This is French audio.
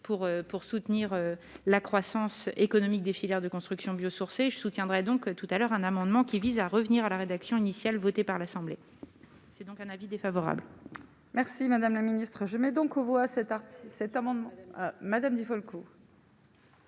pour soutenir la croissance économique des filières de construction biosourcés je soutiendrai donc tout à l'heure, un amendement qui vise à revenir à la rédaction initiale votée par l'Assemblée, c'est donc un avis défavorable. Merci madame la ministre, je mets donc aux voix cet artiste cet amendement madame Di Folco.